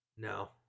No